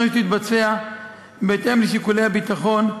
צריך שתתבצע בהתאם לשיקולי הביטחון,